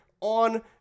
on